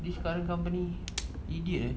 this current company idiot eh